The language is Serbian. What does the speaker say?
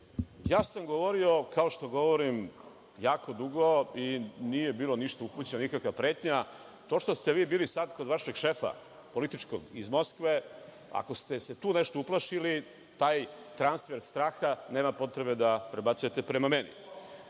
govorio sam kao što govorim jako dugo i nije bila upućena nikakva pretnja. To što ste vi bili sada kod vašeg političkog šefa iz Moskve, ako ste se tu nešto uplašili, taj transfer straha nema potrebe da prebacujete prema meni. Mnogo